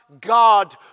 God